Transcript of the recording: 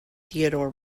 theodore